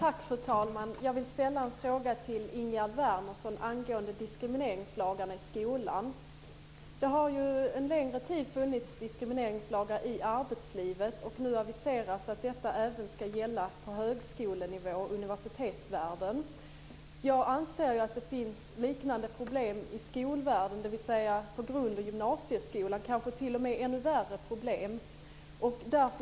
Fru talman! Jag vill ställa en fråga till Ingegerd Det har en längre tid funnits diskrimineringslagar i arbetslivet. Nu aviseras att detta även ska gälla på högskolenivå och i universitetsvärlden. Jag anser att det finns liknande problem i skolvärlden, dvs. på grund och gymnasieskolan. Det är kanske t.o.m. ännu värre problem där.